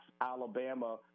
Alabama